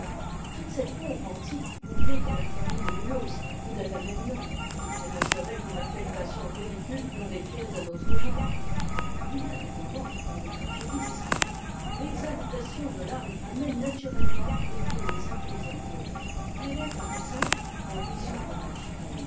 toute cette pompe antique convient à la famille de minos ou d'agamemnon elle ne serait qu'une affectation ridicule dans les pièces d'un autre genre h y a des moments dans les tragédies historiques où l'exaltation dei'âme amène naturellement une poésie plus éievée telle est par exemple la vision de